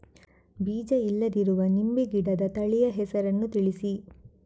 ಬೀಜ ಇಲ್ಲದಿರುವ ನಿಂಬೆ ಗಿಡದ ತಳಿಯ ಹೆಸರನ್ನು ತಿಳಿಸಿ?